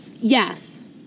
yes